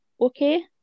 okay